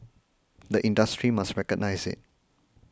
the industry must recognise it